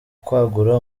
kwagura